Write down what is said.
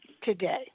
today